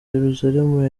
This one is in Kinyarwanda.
yerusalemu